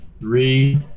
Three